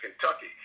kentucky